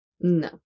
No